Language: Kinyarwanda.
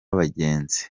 bagenzi